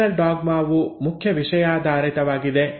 central dogma ವು ಮುಖ್ಯ ವಿಷಯಾಧಾರಿತವಾಗಿದೆ